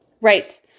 Right